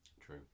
True